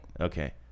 Okay